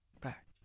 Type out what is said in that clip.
back